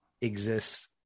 exists